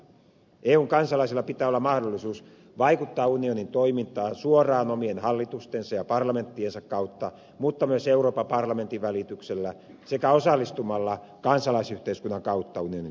eun kansalaisilla pitää olla mahdollisuus vaikuttaa unionin toimintaan suoraan omien hallitustensa ja parlamenttiensa kautta mutta myös euroopan parlamentin välityksellä sekä osallistumalla kansalaisyhteiskunnan kautta unionin toimintaan